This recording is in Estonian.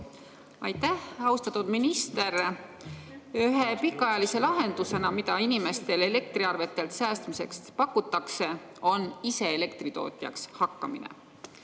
Aitäh! Austatud minister! Ühe pikaajalise lahendusena, mida inimestele elektriarvetelt säästmiseks pakutakse, on ise elektritootjaks hakkamine.